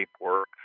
work